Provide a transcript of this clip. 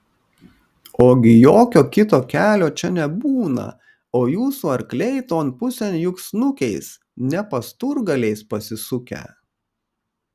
ogi jokio kito kelio čia nebūna o jūsų arkliai ton pusėn juk snukiais ne pasturgaliais pasisukę